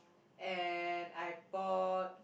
and I bought